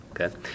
Okay